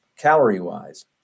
Calorie-wise